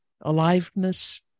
aliveness